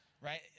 right